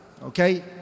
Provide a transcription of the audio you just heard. Okay